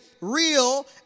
real